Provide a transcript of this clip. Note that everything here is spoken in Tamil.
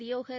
தியோகர்